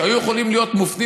שהיו יכולים להיות מופנים,